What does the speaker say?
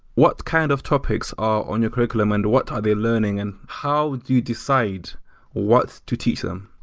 what kind of topics are on your curriculum and what are they learning and how do you decide what to teach them?